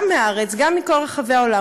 גם מהארץ גם מכל רחבי העולם,